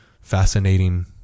fascinating